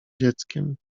dzieckiem